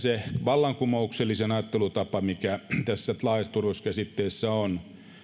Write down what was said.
vallankumouksellisimmassa ajattelutavassa mikä tässä laajassa turvallisuuskäsitteessä on on